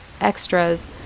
extras